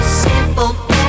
simple